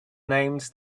names